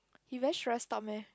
he very stressed up meh